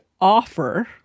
offer